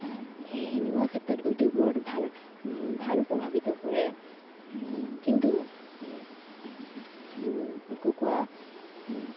সেই তেনেকুৱা ক্ষেত্ৰত উদ্যোগবোৰত ভাল ভালো প্ৰভাৱিত পৰে কিন্তু কুকুৰা